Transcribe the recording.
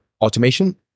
automation